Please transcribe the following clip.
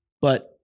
but-